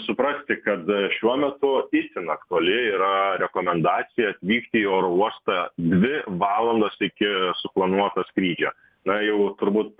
suprasti kad šiuo metu itin aktuali yra rekomendacija atvykti į oro uostą dvi valandos iki suplanuoto skrydžio na jau turbūt